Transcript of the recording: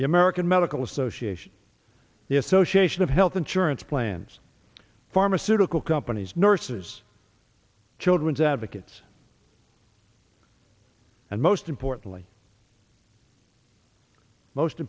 the american medical association the association of health insurance plans pharmaceutical companies nurses children's advocates and most importantly most